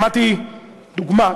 דוגמה,